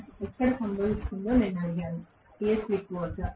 Temax ఎక్కడ సంభవిస్తుందో నేను అడిగాను ఏ స్లిప్ వద్ద